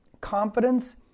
confidence